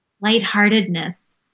lightheartedness